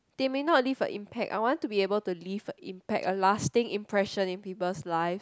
they may not leave an impact I want to able to leave an impact a lasting impression in people's life